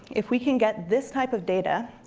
if we can get this type of data,